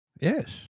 Yes